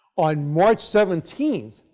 on march seventeen,